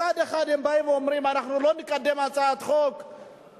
מצד אחד הם באים ואומרים: אנחנו לא נקדם הצעת חוק שבעצם,